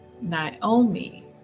Naomi